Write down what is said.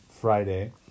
Friday